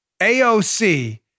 AOC